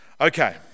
Okay